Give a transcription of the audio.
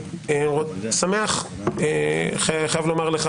אני חייב לומר לך,